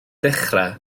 dechrau